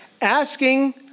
asking